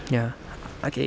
ya okay